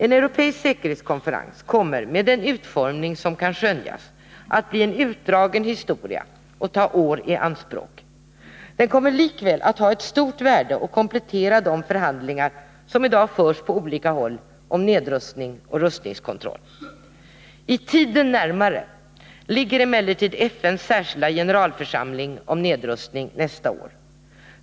En europeisk säkerhetskonferens kommer, med den utformning som kan skönjas, att bli en utdragen historia och ta år i anspråk. Den kommer likväl att ha ett stort värde och komplettera de förhandlingar som i dag förs på olika håll om nedrustning och rustningskontroll. I tiden närmare ligger emellertid FN:s särskilda generalförsamling om nedrustning nästa år.